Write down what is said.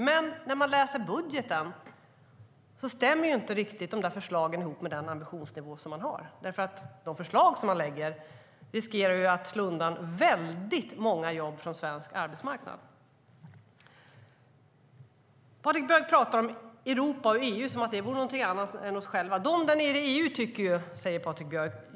Men när man läser budgeten stämmer förslagen inte riktigt med den ambitionsnivå de har. De förslag de lägger fram riskerar att slå undan väldigt många jobb från svensk arbetsmarknad. Patrik Björck pratar om Europa och EU som om det vore något annat än vi själva. De där nere i EU tycker ju, säger Patrik Björck.